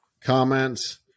Comments